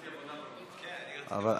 אני רציתי עבודה ורווחה.